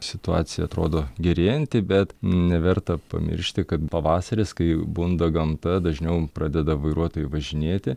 situacija atrodo gerėjanti bet neverta pamiršti kad pavasaris kai bunda gamta dažniau pradeda vairuotojai važinėti